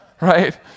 right